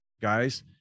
Guys